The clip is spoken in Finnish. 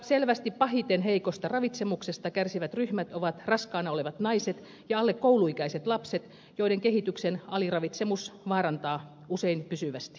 selvästi pahiten heikosta ravitsemuksesta kärsivät ryhmät ovat raskaana olevat naiset ja alle kouluikäiset lapset joiden kehityksen aliravitsemus vaarantaa usein pysyvästi